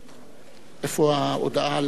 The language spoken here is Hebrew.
(הישיבה